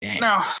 No